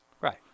right